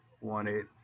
wanted